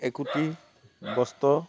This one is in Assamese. একোটি বস্ত্ৰ